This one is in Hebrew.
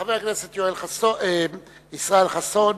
חבר הכנסת ישראל חסון,